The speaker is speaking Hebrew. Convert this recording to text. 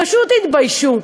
פשוט יתביישו.